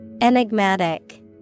Enigmatic